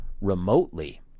remotely